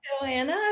Joanna